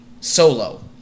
solo